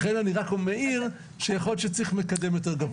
לכן אני רק מעיר שיכול להיות שצריך מקדם יותר גבוה.